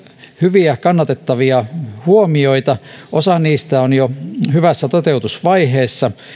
hyviä kannatettavia huomioita osa niistä on jo hyvässä toteutusvaiheessa